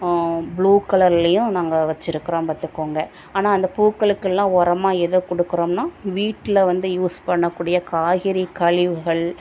blue கலர்லேயும் நாங்கள் வச்சிருக்கிறோம் பார்த்துக்கோங்க ஆனால் அந்த பூக்களுக்கெல்லாம் உரமா எதை கொடுக்குறோம்னா வீட்டில் வந்து யூஸ் பண்ணக்கூடிய காய்கறி கழிவுகள்